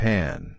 Pan